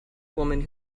woman